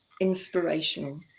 inspirational